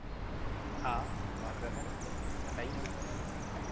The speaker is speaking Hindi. हाँ बात कर रहे हैं ना सर बताइये